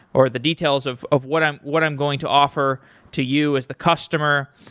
or the details of of what i'm what i'm going to offer to you as the customer,